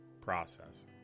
process